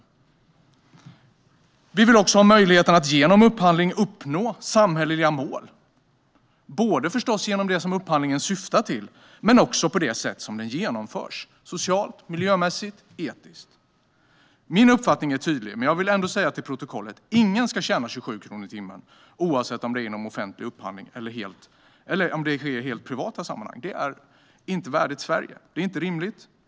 Genom upphandling vill också vi ha möjlighet att uppnå samhälleliga mål, både för det som upphandlingen syftar till och för hur den genomförs - socialt, miljömässigt och etiskt. Min uppfattning är tydlig, men jag vill ändå få fört till protokollet att ingen ska tjäna 27 kronor i timmen, oavsett om det sker genom offentlig upphandling eller om det sker i helt privata sammanhang. Detta är inte rimligt, och det är inte värdigt Sverige.